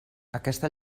aquesta